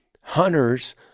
Hunters